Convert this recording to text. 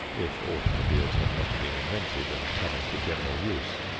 if automobiles had not been invented and come into general use,